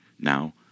Now